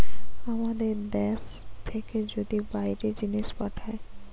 আমাদের দ্যাশ থেকে যদি বাইরে জিনিস পাঠায়